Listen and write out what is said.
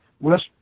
West